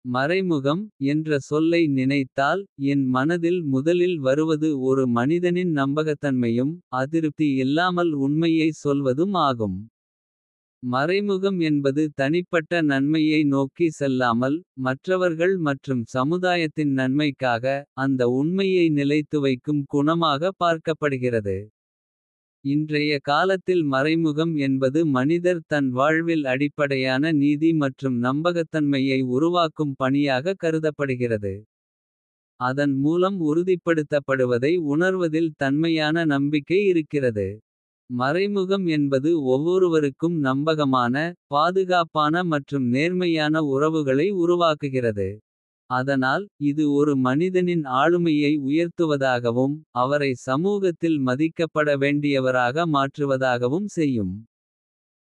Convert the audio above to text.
மறைமுகம் என்ற சொல்லை நினைத்தால். என் மனதில் முதலில் வருவது ஒரு மனிதனின் நம்பகத்தன்மையும். அதிருப்தி இல்லாமல் உண்மையை சொல்வதும் ஆகும். மறைமுகம் என்பது தனிப்பட்ட நன்மையை நோக்கி செல்லாமல். மற்றவர்கள் மற்றும் சமுதாயத்தின் நன்மைக்காக. அந்த உண்மையை நிலைத்துவைக்கும் குணமாக பார்க்கப்படுகிறது. இன்றைய காலத்தில் மறைமுகம் என்பது மனிதர் தன். வாழ்வில் அடிப்படையான நீதி மற்றும் நம்பகத்தன்மையை. உருவாக்கும் பணியாக கருதப்படுகிறது. அதன் மூலம் உறுதிப்படுத்தப்படுவதை உணர்வதில். தன்மையான நம்பிக்கை இருக்கிறது மறைமுகம் என்பது. ஒவ்வொருவருக்கும் நம்பகமான பாதுகாப்பான மற்றும். நேர்மையான உறவுகளை உருவாக்குகிறது அதனால். இது ஒரு மனிதனின் ஆளுமையை உயர்த்துவதாகவும். அவரை சமூகத்தில் மதிக்கப்பட வேண்டியவராக. மாற்றுவதாகவும் செய்யும்.